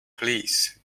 please